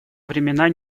времена